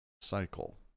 cycle